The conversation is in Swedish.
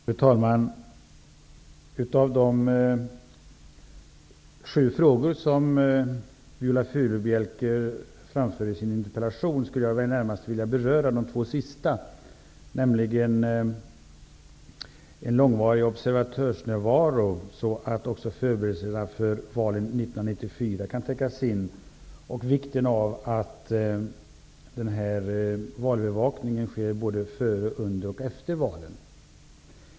Fru talman! Av de sju frågor som Viola Furubjelke framförde i sin interpellation skulle jag närmast vilja beröra de två sista, nämligen en långvarig observatörsnärvaro så att också förberedelserna för valen 1994 kan täckas in och vikten av att valövervakningen sker både före, under och efter valen.